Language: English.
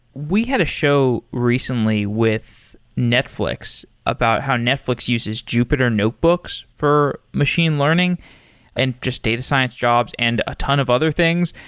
we had a show recently with netflix about how netflix uses jupiter notebooks for machine learning and just data science jobs and a ton of other things.